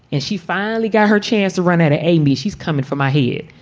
and she finally got her chance to run into amy. she's coming from here.